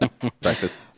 breakfast